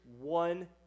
one